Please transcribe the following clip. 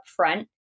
upfront